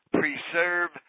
preserve